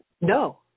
No